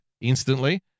instantly